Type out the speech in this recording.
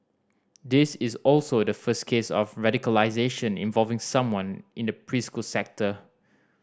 this is also the first case of radicalisation involving someone in the preschool sector